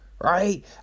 Right